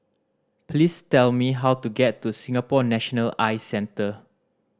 please tell me how to get to Singapore National Eye Centre